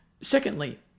Secondly